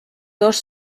dos